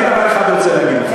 אני דבר אחד רוצה להגיד לך,